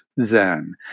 Zen